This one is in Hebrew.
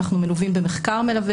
אנחנו מלווים במחקר מלווה,